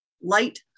Light